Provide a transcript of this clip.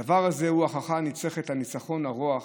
הדבר הזה הוא ההוכחה הניצחת לניצחון הרוח,